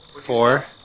Four